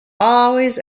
always